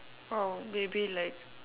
orh maybe like